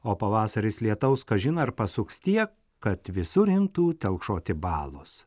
o pavasaris lietaus kažin ar pasuks tiek kad visur imtų telkšoti balos